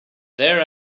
their